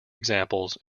examples